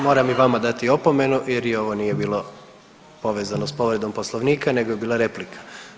Moram i vama dati opomenu jer i ovo nije bilo povezano s povredom poslovnika nego je bila replika.